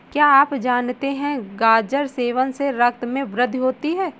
क्या आप जानते है गाजर सेवन से रक्त में वृद्धि होती है?